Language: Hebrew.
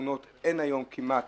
בשכונות אין היום כמעט